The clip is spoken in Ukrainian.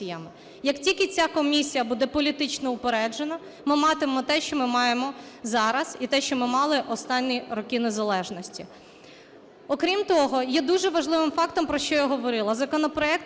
Як тільки ця комісія буде політично упереджена, ми матимемо те, що ми маємо зараз, і те, що ми мали останні роки незалежності. Окрім того, є дуже важливим фактом, про що я говорила,